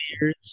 years